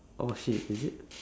oh shit is it